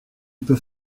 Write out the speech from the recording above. peux